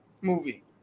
movie